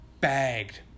bagged